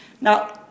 Now